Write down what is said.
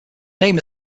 name